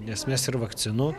nes mes ir vakcinų